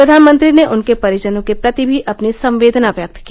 प्रधानमंत्री ने उनके परिजनों के प्रति भी अपनी संवेदना व्यक्त की